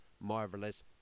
marvelous